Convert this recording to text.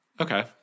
Okay